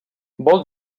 vol